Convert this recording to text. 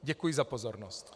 Děkuji za pozornost.